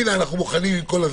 הנה אנחנו מוכנים עם הכול.